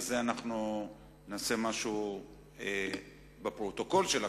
אולי בזה אנחנו נעשה משהו בפרוטוקול של הכנסת,